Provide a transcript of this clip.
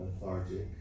Lethargic